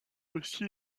aussi